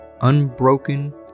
unbroken